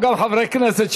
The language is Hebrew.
או שגם חברי כנסת,